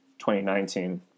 2019